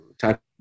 type